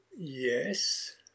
Yes